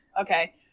Okay